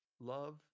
Love